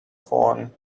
phone